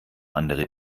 andere